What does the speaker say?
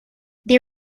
they